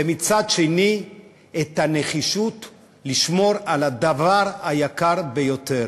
ומצד שני את הנחישות לשמור על הדבר היקר ביותר,